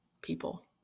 people